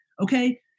Okay